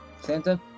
Santa